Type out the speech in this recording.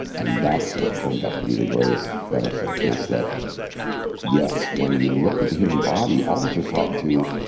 and that's what turned out to be the greatest benefit is that yes, when you look at the human body, all of us are taught to,